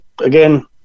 again